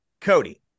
Cody